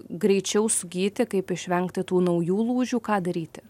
greičiau sugyti kaip išvengti tų naujų lūžių ką daryti